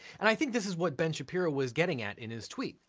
and i think this is what ben shapiro was getting at in his tweet.